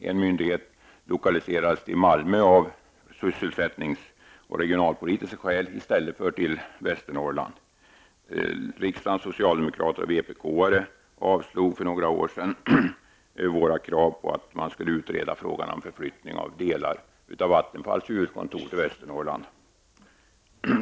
En myndighet lokaliseras till Malmö av sysselsättningsoch regionalpolitiska skäl i stället för till Västernorrland. Riksdagens socialdemokrater och vpk-are avvisade för några år sedan våra krav på att man skulle utreda möjligheten att flytta delar av Vattenfalls huvudkontor till Västernorrland.